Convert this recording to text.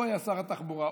הוא היה שר התחבורה,